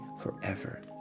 forever